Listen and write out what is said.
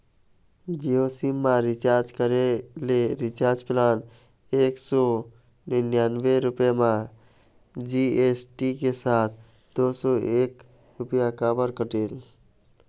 Jio SIM मा recharge करे ले रिचार्ज प्लान एक सौ निन्यानबे रुपए मा जी.एस.टी के साथ दो सौ एक रुपया काबर कटेल?